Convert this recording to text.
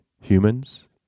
humans